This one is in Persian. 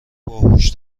باهوش